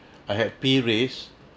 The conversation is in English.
I had pay raise